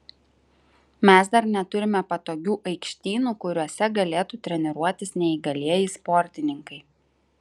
mes dar neturime patogių aikštynų kuriuose galėtų treniruotis neįgalieji sportininkai